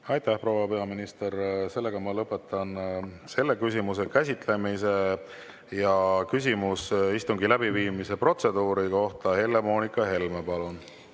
Aitäh, proua peaminister! Ma lõpetan selle küsimuse käsitlemise. Ja küsimus istungi läbiviimise protseduuri kohta, Helle-Moonika Helme, palun!